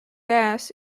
gas